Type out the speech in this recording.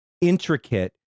intricate